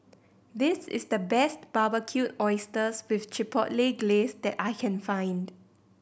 this is the best Barbecued Oysters with Chipotle Glaze that I can find